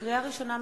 לקריאה ראשונה,